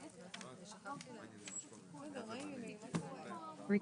בשעה 14:28.